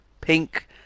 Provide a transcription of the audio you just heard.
pink